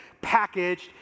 packaged